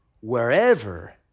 wherever